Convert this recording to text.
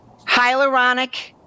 Hyaluronic